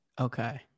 Okay